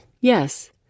Yes